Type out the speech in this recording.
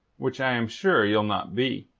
which i am sure ye'll not be.